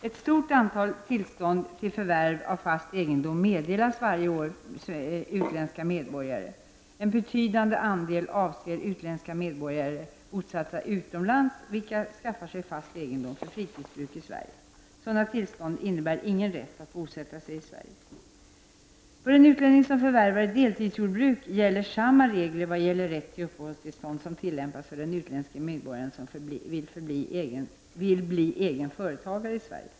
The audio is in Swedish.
Ett stort antal tillstånd till förvärv av fast egendom meddelas varje år utländska medborgare. En betydande andel avser utländska medborgare bosatta utomlands vilka skaffar fast egenom för fritidsbruk i Sverige. Sådana tillstånd innebär ingen rätt att bosätta sig i Sverige. För en utlänning som förvärvar ett deltidsjordbruk gäller samma regler i fråga om rätt till uppehållstillstånd som tillämpas för den utländske medborgare som vill bli egen företagare i Sverige.